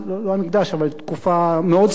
אבל תקופה מאוד סמוכה לזה,